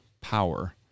power